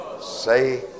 say